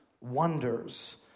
wonders